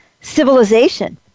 civilization